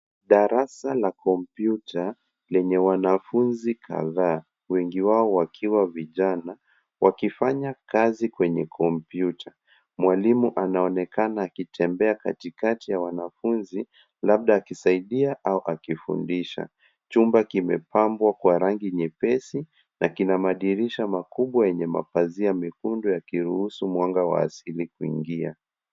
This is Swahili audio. Darasa la kompyuta lenye wanafunzi kadhaa wengi wao wakiwa vijana wakifanya kazi kwenye kompyuta. Mwalimu anaonekana akitembea katikati ya wanafunzi labda akisaidia au akifundisha. Chumba kimepambwa kwa rangi nyepesi na kina madirisha makubwa yenye mapazia mekundu yakiruhusu mwanga wa asili kuingia.